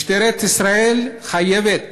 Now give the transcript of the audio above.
משטרת ישראל חייבת